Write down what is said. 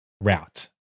route